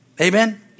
amen